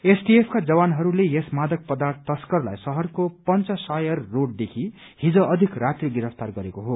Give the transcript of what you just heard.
एसटीएफ्का जवानहरूले यस मादक पदार्य तस्करलाई शहरको पंच शायर रोडदेखि हिज अषिक राती गिरफ्तार गरेको हो